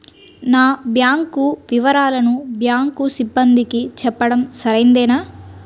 నా బ్యాంకు వివరాలను బ్యాంకు సిబ్బందికి చెప్పడం సరైందేనా?